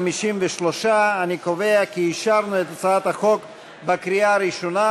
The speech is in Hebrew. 53. אני קובע כי אישרנו את הצעת החוק בקריאה הראשונה,